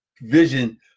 vision